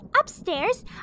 upstairs